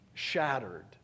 shattered